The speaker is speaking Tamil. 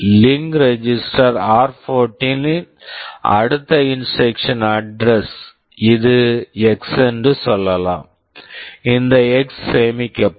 லிங்க் ரெஜிஸ்டர் link register ஆர்14 r14 ல் அடுத்த இன்ஸ்ட்ரக்சன் instruction அட்ரஸ் address இது எக்ஸ் X என்று சொல்லலாம் இந்த எக்ஸ் X சேமிக்கப்படும்